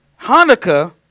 Hanukkah